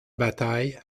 bataille